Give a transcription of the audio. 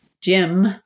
Jim